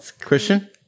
Christian